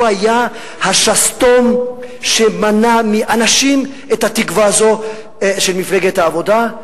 הוא היה השסתום שמנע מאנשים את התקווה הזו של מפלגת העבודה.